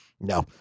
No